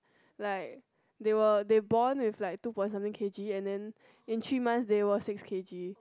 like they were they born with like two point something K_G and then in three months they were six K_G